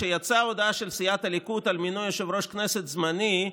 כשיצאה ההודעה של סיעת הליכוד על מינוי יושב-ראש כנסת זמני,